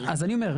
אז אני אומר,